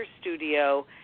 studio